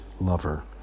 lover